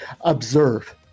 observe